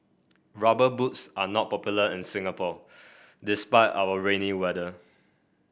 rubber boots are not popular in Singapore despite our rainy weather